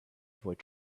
avoid